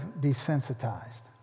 desensitized